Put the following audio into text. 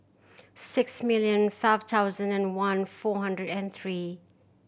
six million five thousand and one four hundred and three